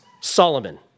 Solomon